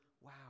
wow